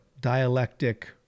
dialectic